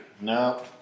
No